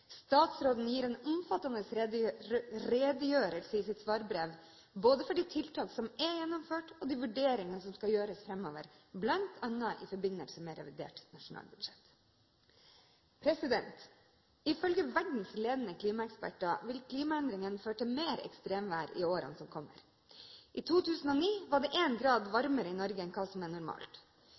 Statsråden gir en omfattende redegjørelse i sitt svarbrev, både når det gjelder de tiltak som er gjennomført, og de vurderingene som skal gjøres framover, bl.a. i forbindelse med revidert nasjonalbudsjett. Ifølge verdens ledende klimaeksperter vil klimaendringene føre til mer ekstremvær i årene som kommer. I 2009 var det 1 grad varmere i Norge enn hva som er normalt.